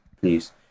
please